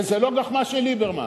וזה לא גחמה של ליברמן.